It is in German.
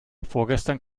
vorgestern